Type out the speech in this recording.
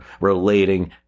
relating